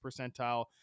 percentile